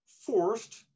forced